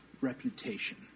reputation